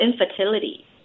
infertility